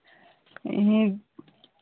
यहीं